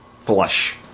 flush